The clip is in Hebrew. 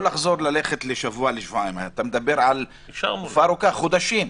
מדובר על חזרה לחודשים.